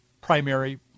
primary